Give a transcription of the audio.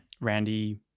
Randy